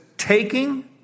Taking